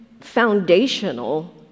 foundational